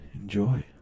Enjoy